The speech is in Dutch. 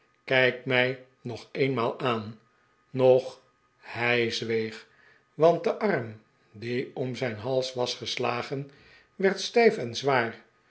kijk mij nog eenmaal aan nog hij zweeg want de arm die om zijn hals was geslagen werd stijf en zwaar